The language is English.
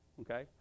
Okay